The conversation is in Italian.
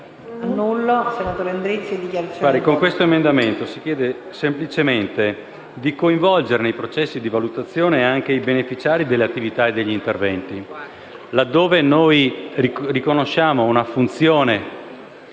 con l'emendamento si chiede semplicemente di coinvolgere nei processi di valutazione anche i beneficiari delle attività e degli interventi. Laddove riconosciamo una funzione